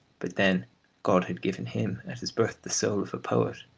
but then god had given him at his birth the soul of a poet,